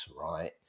right